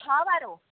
छह वारो